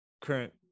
current